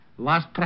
Last